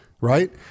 right